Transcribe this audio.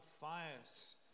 fires